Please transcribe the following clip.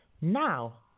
Now